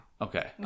Okay